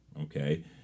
Okay